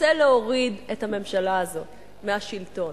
רוצה להוריד את הממשלה הזאת מהשלטון.